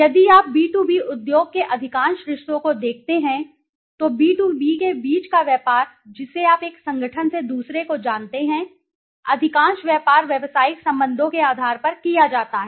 यदि आप B 2 B उद्योग के अधिकांश रिश्तों को देखते हैं तो बी 2 बी के बीच का व्यापार जिसे आप एक संगठन से दूसरे को जानते हैं अधिकांश व्यापार व्यावसायिक संबंधों के आधार पर किया जाता है